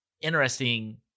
interesting